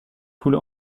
coule